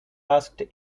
asked